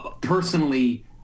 personally